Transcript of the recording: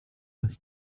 its